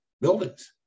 buildings